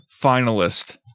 finalist